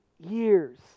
Years